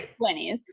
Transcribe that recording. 20s